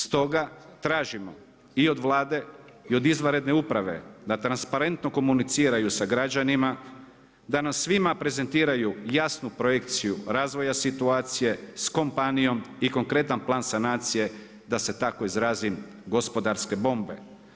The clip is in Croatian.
Stoga tražimo i od Vlade i od izvanredne uprave da transparentno komuniciraju sa građanima, da nam svima prezentiraju jasnu projekciju razvoja situacije s kompanijom i konkretan plan sanacije da se tako izrazim gospodarske bombe.